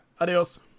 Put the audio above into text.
Adios